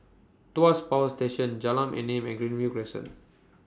Tuas Power Station Jalan Enam and Greenview Crescent